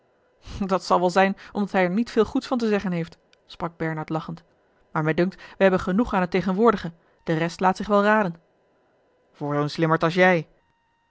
dat zal wel zijn omdat hij er niet veel goeds van te zeggen heeft sprak bernard lachend maar mij dunkt we hebben genoeg aan het tegenwoordige de rest laat zich wel raden voor zoo'n slimmert als jij